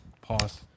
pause